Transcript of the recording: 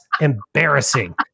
embarrassing